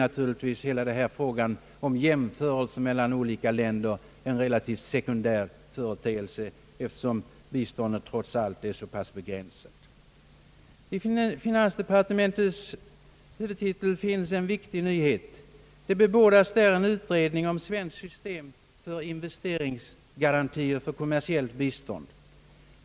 Men frågan om jämförelser mellan olika länder är naturligtvis ändå relativt sekundär, eftersom biståndet trots allt är så begränsat. I finansdepartementets huvudtitel finns en viktig nyhet. Där bebådas en utredning om ett svenskt system för investeringsgarantier för kommersiellt bistånd.